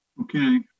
Okay